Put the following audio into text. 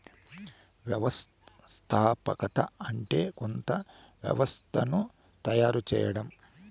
వ్యవస్థాపకత అంటే కొత్త వ్యవస్థను తయారు చేయడం